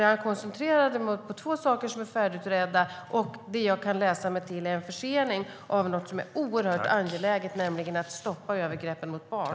Jag koncentrerade mig på två saker som är färdigutredda. Det jag kan läsa mig till är en försening av något som är oerhört angeläget, nämligen att stoppa övergreppen mot barn.